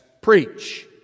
preach